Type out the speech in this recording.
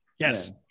Yes